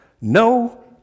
no